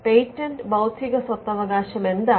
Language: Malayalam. പേറ്റന്റ് ബൌദ്ധിക സ്വത്തവകാശം എന്താണ്